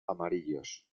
amarillos